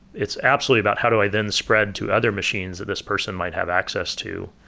it's absolutely about how do i then spread to other machines that this person might have access to.